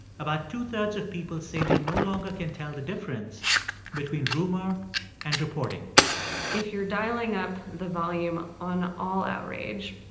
about two-thirds of people say they no longer can tell the difference between rumor and reporting if you're dialing up the volume on all outrage,